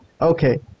okay